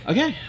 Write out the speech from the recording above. Okay